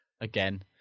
again